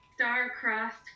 Star-crossed